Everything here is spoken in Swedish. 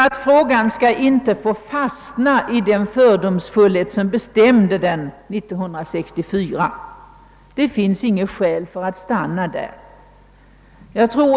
Denna fråga bör inte få fastna i den fördomsfullhet som dikterade beslutet år 1964. Det finns inga skäl för att stanna där.